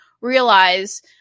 realize